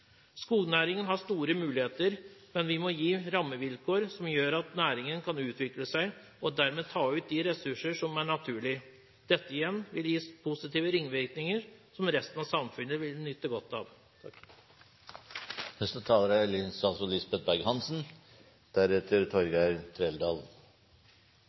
Skognæringen har store muligheter, men vi må gi rammevilkår som gjør at næringen kan utvikle seg og dermed ta ut de ressurser som er naturlig. Dette igjen vil gi positive ringvirkninger som resten av samfunnet vil nyte godt av. Jeg har mange ganger sagt at jeg er